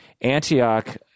Antioch